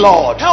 Lord